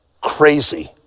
crazy